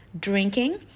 drinking